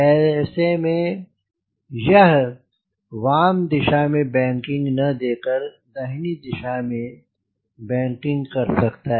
ऐसे में यह वाम दिशा में बैंकिंग न दे कर दाहिनी दिशा में बैंकिंग कर सकता है